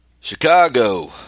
Chicago